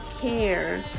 care